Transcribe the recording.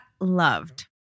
loved